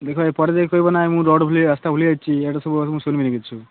ଦେଖ ଏ ପରେ ଯାଇକି କହିବ ନାଇଁ ମୁଁ ରୋଡ଼୍ ଭୁଲିଯାଇଛି ରାସ୍ତା ଭୁଲିଯାଇଛି ସବୁ ମୁଁ ଶୁଣିବିନି କିଛି